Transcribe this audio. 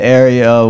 area